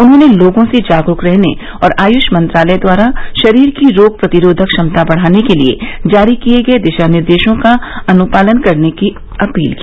उन्होंने लोगों से जागरूक रहने और आयुष मंत्रालय द्वारा शरीर की रोग प्रतिरोधक क्षमता बढ़ाने के लिए जारी किए गए दिशानिर्देशों का अनुपालन करने की अपील की